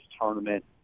tournament